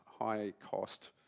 high-cost